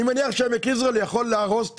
אני מניח שעמק יזרעאל יכול להרוס את